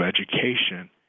education